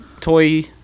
toy